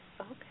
Okay